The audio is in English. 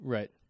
Right